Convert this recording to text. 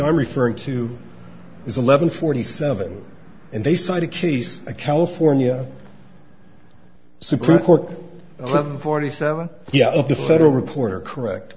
i'm referring to is eleven forty seven and they cite a case a california supreme court eleven forty seven yeah the federal reporter correct